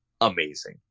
amazing